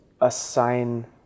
assign